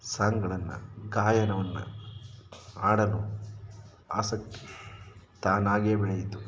ಸಾಂಗ್ಗಳನ್ನು ಗಾಯನವನ್ನು ಹಾಡಲು ಆಸಕ್ತಿ ತಾನಾಗಿಯೇ ಬೆಳೆಯಿತು